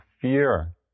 fear